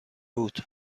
بود